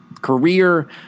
career